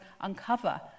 uncover